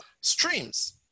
streams